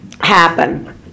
happen